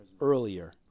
earlier